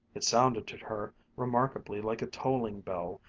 it sounded to her remarkably like a tolling bell,